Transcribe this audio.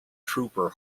trooper